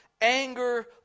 anger